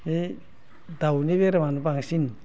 ओइ दाउनि बेमारानो बांसिन